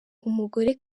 umugore